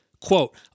quote